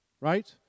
right